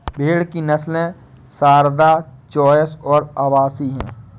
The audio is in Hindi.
भेड़ की नस्लें सारदा, चोइस और अवासी हैं